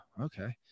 okay